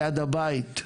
ליד הבית?